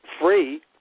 free